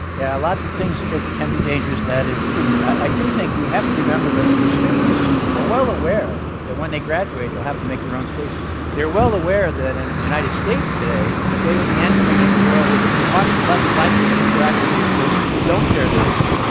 yeah. lots of things like ah can be dangerous. that is true. i do think we have to remember that the students are well-aware that when they graduate, they'll have to make their own spaces. they're well-aware that in and the united states today, that they will be entering in a world where they'll be much less likely to interact with people who don't share their views.